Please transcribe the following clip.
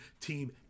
team